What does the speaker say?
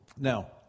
Now